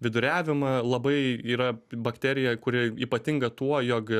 viduriavimą labai yra bakterija kuri ypatinga tuo jog